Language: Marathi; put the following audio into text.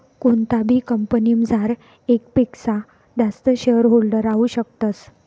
कोणताबी कंपनीमझार येकपक्सा जास्त शेअरहोल्डर राहू शकतस